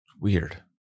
Weird